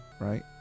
right